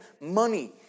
money